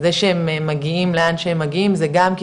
זה שהם מגיעים לאן שהם מגיעים זה גם כי